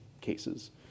cases